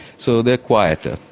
so they are quieter.